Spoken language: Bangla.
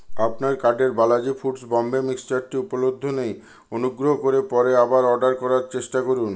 আপনার কার্টের বালাজি ফুড্স বম্বে মিক্সচারটি উপলব্ধ নেই অনুগ্রহ করে পরে আবার অর্ডার করার চেষ্টা করুন